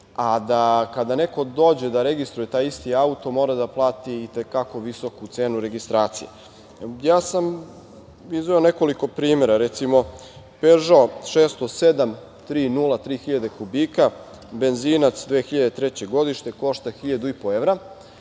a da kada neko dođe da registruje taj isti auto, mora da plati i te kako visoku cenu registracije. Ja sam izveo nekoliko primera. Recimo „pežo“ 607, 3.0, 3.000 kubika, benzinac, 2003. godište košta 1.500 evra,